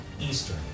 Eastern